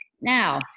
Now